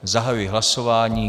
Zahajuji hlasování.